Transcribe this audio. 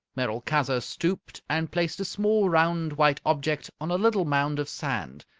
merolchazzar stooped, and placed a small round white object on a little mound of sand.